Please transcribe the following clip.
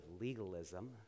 legalism